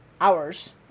hours